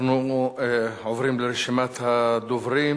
אנחנו עוברים לרשימת הדוברים